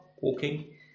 walking